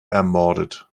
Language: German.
ermordet